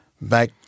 back